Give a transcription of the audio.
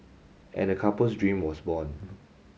and the couple's dream was born